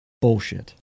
bullshit